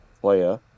player